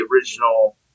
original